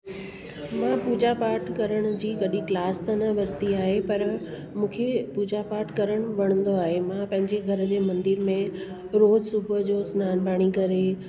मां पूजा पाठ करण जी कॾहिं क्लास त न वरती आहे पर मूंखे पूजा पाठ करणु वणंदो आहे मां पंहिंजे घर जे मंदिर में रोज़ु सुबुहु जो सनानु पाणी करे